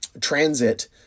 transit